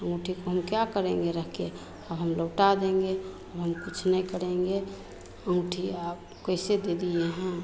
अँगूठी को हम क्या करेंगे रखकर अब हम लौटा देंगे अब हम कुछ नहीं करेंगे अँगूठी आप कैसे दे दिए हैं